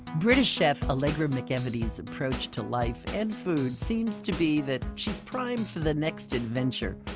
british chef allegra mcevedy's approach to life and food seems to be that she's primed for the next adventure.